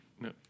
no